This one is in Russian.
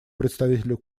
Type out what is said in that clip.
представителю